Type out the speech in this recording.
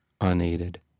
unaided